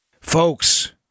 Folks